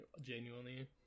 genuinely